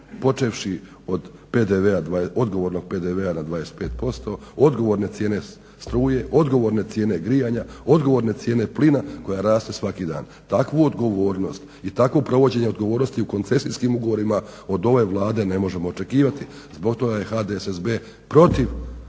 počevši od odgovornog PDV-a na 25%, odgovorne cijene struje, odgovorne cijene grijanja, odgovorne cijene plina koja raste svaki dan. Takvu odgovornost i takvo provođenje odgovornosti u koncesijskim ugovorima od ove Vlade ne možemo očekivati. Zbog toga je HDSSB protiv